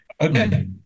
Okay